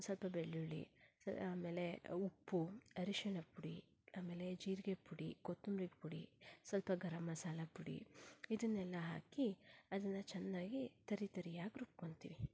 ಸ್ವಲ್ಪ ಬೆಳ್ಳುಳಿ ಸ ಆಮೇಲೆ ಉಪ್ಪು ಅರಿಶಿನ ಪುಡಿ ಆಮೇಲೆ ಜೀರಿಗೆಪುಡಿ ಕೊತ್ತೊಂಬರಿ ಪುಡಿ ಸ್ವಲ್ಪ ಗರಂ ಮಸಾಲ ಪುಡಿ ಇದನ್ನೆಲ್ಲ ಹಾಕಿ ಅದನ್ನು ಚೆನ್ನಾಗಿ ತರಿತರಿಯಾಗಿ ರುಬ್ಕೊಂತೀವಿ